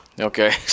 okay